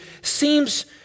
seems